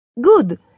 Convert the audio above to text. Good